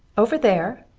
over there?